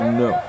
no